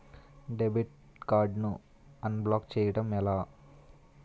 Debit card ను unblock block చేయటం ఎలా?